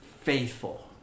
faithful